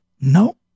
No